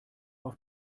auf